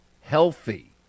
healthy